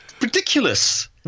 ridiculous